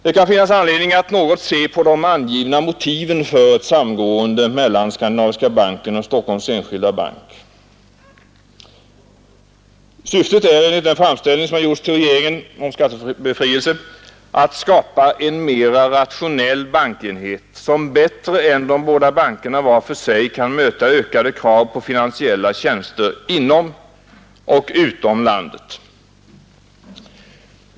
Det kan finnas anledning att något se på de angivna motiven för ett samgående mellan Skandinaviska banken och Stockholms enskilda bank. Syftet är enligt den framställning som har gjorts till regeringen om skattebefrielse att skapa en mera rationell bankenhet, som bättre än de båda bankerna var för sig kan möta ökade krav på finansiella tjänster inom och utom landet.